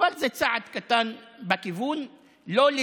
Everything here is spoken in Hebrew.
אבל זה צעד קטן בכיוון.